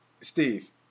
Steve